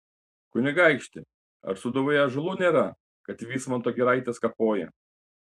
kunigaikšti ar sūduvoje ąžuolų nėra kad vismanto giraites kapoji